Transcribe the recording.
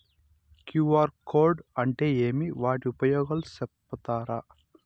QR code అంటే ఏమి వాటి ఉపయోగాలు సెప్తారా?